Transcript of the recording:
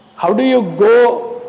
how do you go